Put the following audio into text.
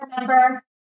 remember